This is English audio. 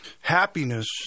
happiness